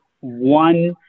one